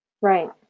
Right